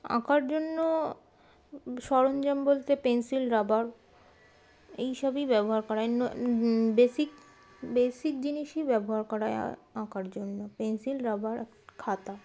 আঁকার জন্য সরঞ্জাম বলতে পেন্সিল রাবার এই সবই ব্যবহার করা হয় বেসিক বেসিক জিনিসই ব্যবহার করা হয় আঁকার জন্য পেন্সিল রাবার আর খাতা